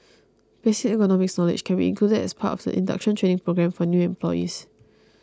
basic ergonomics knowledge can be included as part of the induction training programme for new employees